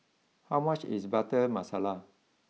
how much is Butter Masala